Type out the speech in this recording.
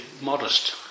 modest